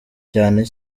cyane